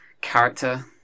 character